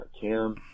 Cam